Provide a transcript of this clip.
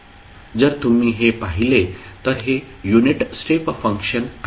जर तुम्ही हे पाहिले तर हे युनिट स्टेप फंक्शन आहे